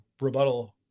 rebuttal